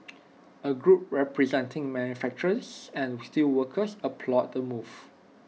A group representing manufacturers and steelworkers applauded the move